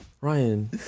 Ryan